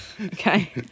Okay